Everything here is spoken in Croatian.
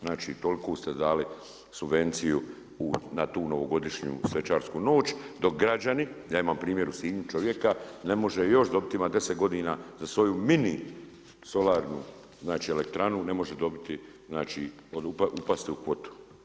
Znači toliko ste dali subvenciju na tu novogodišnju svečarsku noć, dok građani, ja imam primjer u Sinju čovjeka, ne može još dobiti, ima 10 godina, za svoju mini solarnu elektranu, ne može dobiti, znači, upasti u kvotu.